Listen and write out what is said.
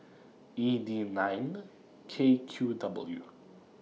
E D nine K Q W